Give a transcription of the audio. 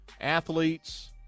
athletes